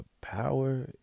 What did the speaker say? power